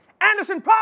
Anderson